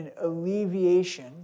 alleviation